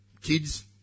kids